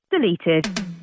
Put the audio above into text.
Deleted